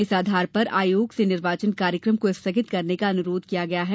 इस आधार पर आयोग से निर्वाचन कार्यक्रम को स्थगित करने का अनुरोध किया गया है